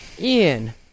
Ian